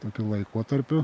tokiu laikotarpiu